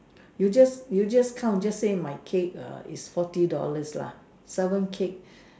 you just you just count just say my cake is forty dollars lah seven cake